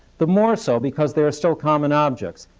the more so because they are still common objects.